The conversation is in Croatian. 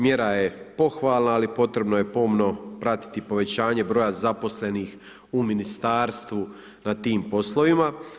Mjera je pohvalna, ali potrebno je pomno pratiti povećanje broja zaposlenih u Ministarstvu na tim poslovima.